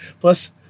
plus